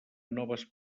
noves